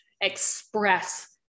express